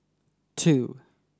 two